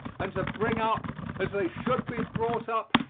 and to bring up as they should be brought up,